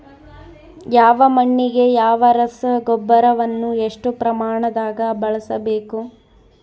ಯಾವ ಮಣ್ಣಿಗೆ ಯಾವ ರಸಗೊಬ್ಬರವನ್ನು ಎಷ್ಟು ಪ್ರಮಾಣದಾಗ ಬಳಸ್ಬೇಕು?